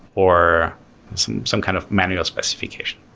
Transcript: or some some kind of manual specification.